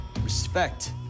respect